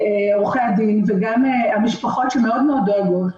עורכי הדין וגם המשפחות שמאוד מאוד דואגות,